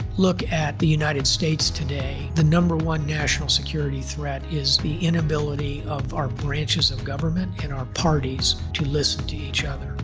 look at the united states today. the number one national security threat is the inability of our branches of government in our parties to listen to each other.